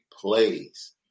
plays